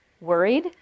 worried